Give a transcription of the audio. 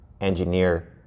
engineer